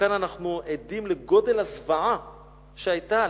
ומכאן אנחנו עדים לגודל הזוועה שהיתה,